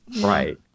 Right